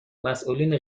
مسئولین